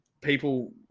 people